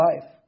life